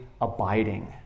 abiding